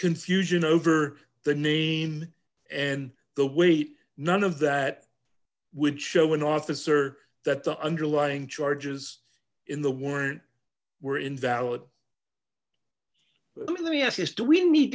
confusion over the name and the weight none of that would show an officer that the underlying charges in the warrant were invalid let me ask this do we need